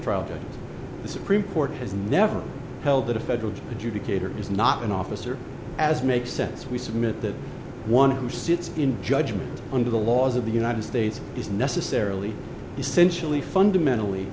trial the supreme court has never held that a federal judge adjudicator is not an officer as makes sense we submit that one who sits in judgment under the laws of the united states is necessarily essentially fundamentally